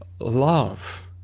love